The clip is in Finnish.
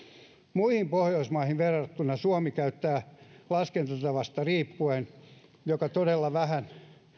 muihin pohjoismaihin verrattuna suomi käyttää laskentatavasta riippuen joko todella vähän